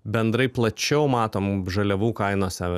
bendrai plačiau matomų žaliavų kainose